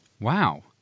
Wow